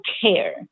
care